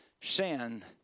Sin